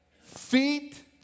feet